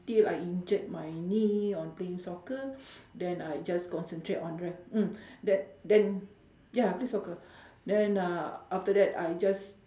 until I injured my knee on playing soccer then I just concentrate on dra~ mm the~ then ya play soccer then uh after that I just